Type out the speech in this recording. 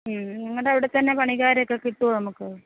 മ്മ് നിങ്ങളുടെ അവിടെ തന്നെ പണികാരെ ഒക്കെ കിട്ടുമോ നമുക്ക്